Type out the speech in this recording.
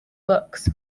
books